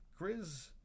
Grizz